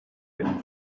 written